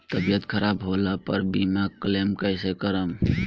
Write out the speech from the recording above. तबियत खराब होला पर बीमा क्लेम कैसे करम?